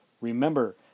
Remember